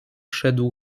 szedł